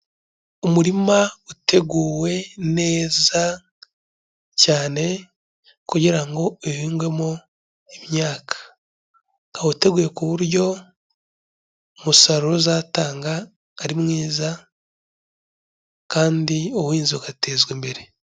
Umurima uteguwe neza cyane, kugira ngo uhingwemo imyaka. Ukaba uteguye ku buryo umusaruro uzatanga ari mwiza, kandi ubuhinzi bugatezwa imbere.